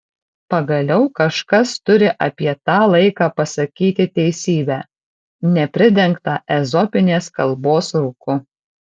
pagaliau kažkas turi apie tą laiką pasakyti teisybę nepridengtą ezopinės kalbos rūku